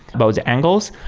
about the angles.